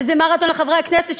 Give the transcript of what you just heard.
וזה מרתון לחברי הכנסת,